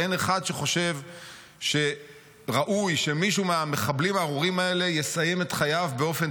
אין אחד שחושב שראוי שמישהו מהמחבלים הארורים האלה יסיים את חייו באופן